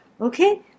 Okay